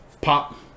Pop